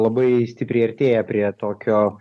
labai stipriai artėja prie tokio